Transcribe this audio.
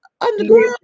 underground